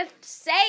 say